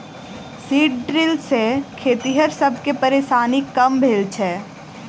seed drill सॅ खेतिहर सब के परेशानी कम भेल छै